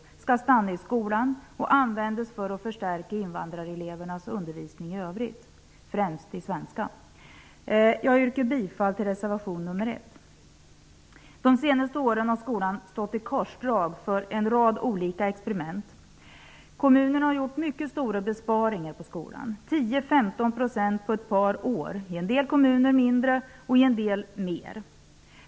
Dessa skall stanna i skolan och användas för att förstärka invandrarelevernas undervisning i övrigt, främst i svenska. Jag yrkar bifall till reservation nr 1. Under de senaste åren har skolan stått i korsdrag. Det gäller då en rad olika experiment. Kommunerna har gjort mycket stora besparingar på skolans område. Det rör sig om 10--15 % under ett par år. I en del kommuner är det fråga om mindre besparingar, i en del om större.